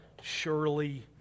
surely